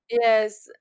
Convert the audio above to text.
yes